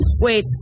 Wait